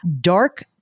Dark